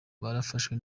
barafashwe